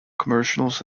commercials